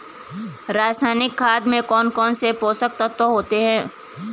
रासायनिक खाद में कौन कौन से पोषक तत्व होते हैं?